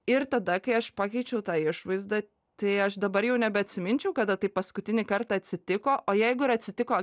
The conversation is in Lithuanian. ir tada kai aš pakeičiau tą išvaizdą tai aš dabar jau nebeatsiminčiau kada tai paskutinį kartą atsitiko o jeigu ir atsitiko